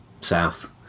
south